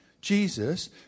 Jesus